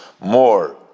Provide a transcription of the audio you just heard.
more